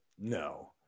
No